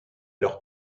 leurs